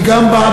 היא גם באה,